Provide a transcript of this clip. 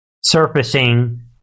surfacing